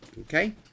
okay